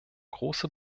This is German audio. große